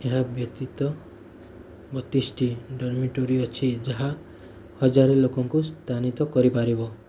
ଏହା ବ୍ୟତୀତ ବତିଶିଟି ଡ଼ର୍ମିଟୋରୀ ଅଛି ଯାହା ହଜାରେ ଲୋକଙ୍କୁ ସ୍ଥାନିତ କରିପାରିବ